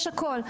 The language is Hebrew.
יש הכול,